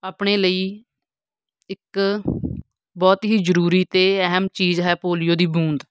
ਆਪਣੇ ਲਈ ਇੱਕ ਬਹੁਤ ਹੀ ਜ਼ਰੂਰੀ ਅਤੇ ਅਹਿਮ ਚੀਜ਼ ਹੈ ਪੋਲੀਓ ਦੀ ਬੂੰਦ